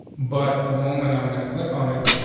but the moment i'm going to click on it.